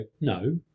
No